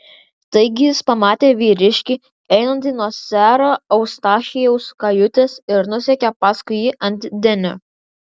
taigi jis pamatė vyriškį einantį nuo sero eustachijaus kajutės ir nusekė paskui jį ant denio